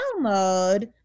download